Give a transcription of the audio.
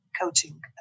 coaching